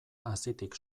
hazitik